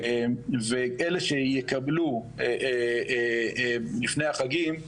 ואלה שיקבלו לפני החגים,